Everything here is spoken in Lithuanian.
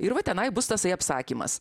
ir va tenai bus tasai apsakymas